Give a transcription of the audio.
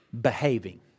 behaving